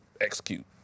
execute